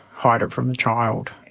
hide it from the child.